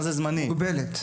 "זמנים".